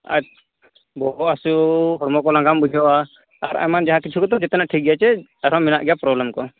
ᱟᱡ ᱵᱚᱦᱚᱜ ᱦᱟᱹᱥᱩ ᱦᱚᱲᱢᱚ ᱠᱚ ᱞᱟᱜᱟᱢ ᱵᱩᱡᱷᱟᱹᱣᱟ ᱟᱨ ᱟᱭᱢᱟ ᱡᱟᱦᱟᱸ ᱠᱤᱪᱷᱩ ᱜᱮᱛᱚ ᱡᱚᱛᱚᱱᱟᱜ ᱴᱷᱤᱠ ᱜᱮᱭᱟ ᱥᱮ ᱟᱨᱦᱚᱸ ᱢᱮᱱᱟᱜ ᱜᱮᱭᱟ ᱯᱨᱳᱵᱞᱮᱢ ᱠᱚ